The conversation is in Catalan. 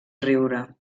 riure